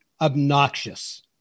obnoxious